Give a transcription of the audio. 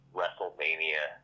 WrestleMania